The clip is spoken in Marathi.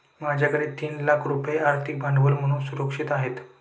माझ्याकडे तीन लाख रुपये आर्थिक भांडवल म्हणून सुरक्षित आहेत